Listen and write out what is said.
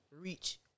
reach